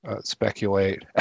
speculate